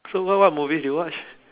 so what what movies you watch